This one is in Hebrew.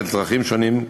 לצרכים שונים,